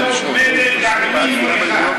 קיבלנו מלל עם מריחה,